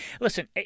Listen